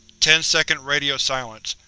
ten second radio silence.